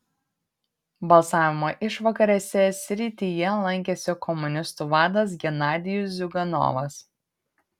balsavimo išvakarėse srityje lankėsi komunistų vadas genadijus ziuganovas